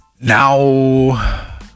Now